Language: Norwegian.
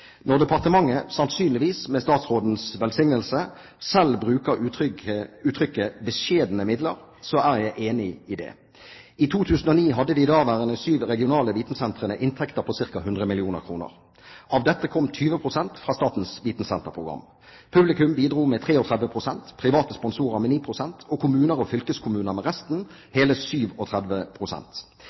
Når departementet, sannsynligvis med statsrådens velsignelse, selv bruker uttrykket «beskjedne midler», er jeg enig i det. I 2009 hadde de daværende syv regionale vitensentrene inntekter på ca. 100 mill. kr. Av dette kom 20 pst. fra statens vitensenterprogram. Publikum bidro med 33 pst., private sponsorer med 9 pst. og kommuner og fylkeskommuner med resten – hele